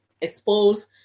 expose